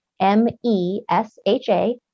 M-E-S-H-A